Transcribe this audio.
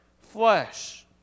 flesh